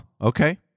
Okay